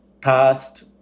past